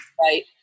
right